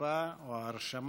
איציק